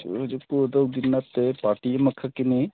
ꯍꯧꯖꯤꯛ ꯄꯨꯒꯗꯧꯕꯗꯤ ꯅꯠꯇꯦ ꯄꯥꯔꯇꯤ ꯑꯃꯈꯛꯀꯤꯅꯤ